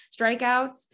strikeouts